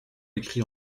écrit